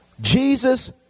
Jesus